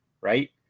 right